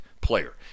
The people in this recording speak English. player